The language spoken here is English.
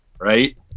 right